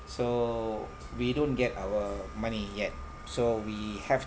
so we don't get our money yet so we have